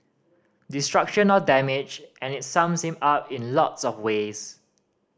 destruction or damage and it sums him up in lots of ways